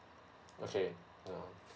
okay mm